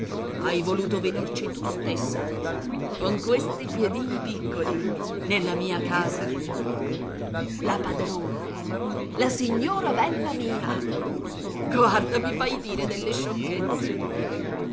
hai voluto venirci tu stessa con questi piedini piccoli nella mia casa la padrona la signora bella mia guarda mi fai dire delle sciocchezze